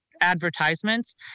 advertisements